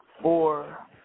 Four